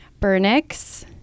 Burnix